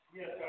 Yes